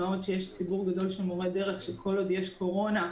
מה עוד שיש ציבור גדול של מורי דרך שכל עוד יש קורונה,